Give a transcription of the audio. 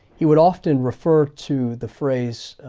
he would often refer to the phrase,